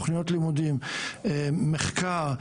מחקר,